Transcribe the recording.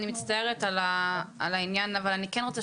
ואני מצטערת על העניין אבל אני כן רוצה